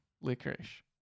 licorice